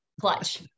clutch